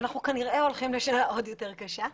ואנחנו כנראה הולכים לשנה עוד יותר קשה,